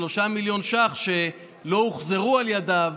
3 מיליון ש"ח שלא הוחזרו על ידו.